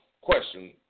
Question